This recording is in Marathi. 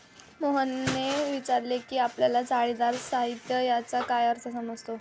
मोहितने विचारले की आपल्याला जाळीदार साहित्य याचा काय अर्थ समजतो?